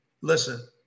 listen